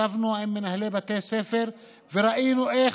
ישבנו עם מנהלי בתי הספר וראינו איך